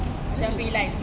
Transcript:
oh is it